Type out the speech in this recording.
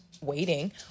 waiting